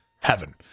Heaven